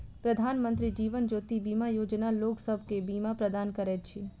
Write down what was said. प्रधानमंत्री जीवन ज्योति बीमा योजना लोकसभ के बीमा प्रदान करैत अछि